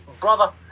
brother